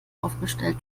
aufgestellt